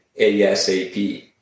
ASAP